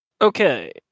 Okay